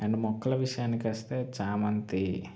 and మొక్కల విషయానికి వస్తే చామంతి